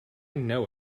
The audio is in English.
know